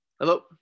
Hello